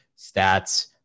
stats